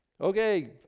Okay